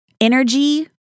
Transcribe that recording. energy